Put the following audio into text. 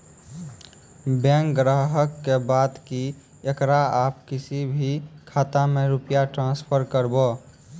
Bank ग्राहक के बात की येकरा आप किसी भी खाता मे रुपिया ट्रांसफर करबऽ?